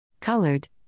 colored